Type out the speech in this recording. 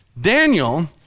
Daniel